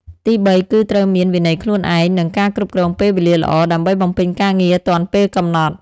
ទីបី គឺត្រូវមាន វិន័យខ្លួនឯង និង ការគ្រប់គ្រងពេលវេលាល្អ ដើម្បីបំពេញការងារទាន់ពេលកំណត់។